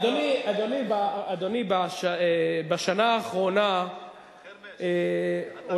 אדוני, בשנה האחרונה, חרמש, אתה מתפעל?